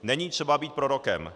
Není třeba být prorokem.